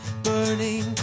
burning